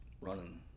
running